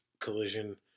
collision